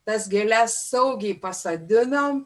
tas gėles saugiai pasodinom